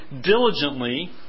diligently